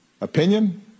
opinion